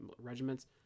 regiments